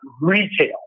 retail